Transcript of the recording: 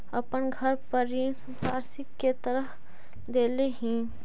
अपन घर हम ऋण संपार्श्विक के तरह देले ही